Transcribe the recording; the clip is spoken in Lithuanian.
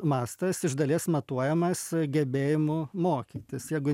mastas iš dalies matuojamas gebėjimu mokytis jeigu